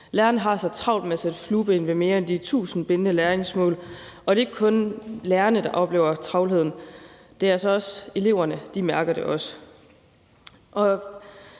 Lærerne har så travlt med at sætte flueben ved mere end de tusind bindende læringsmål, og det er ikke kun lærerne, der oplever travlheden, for eleverne mærker det også.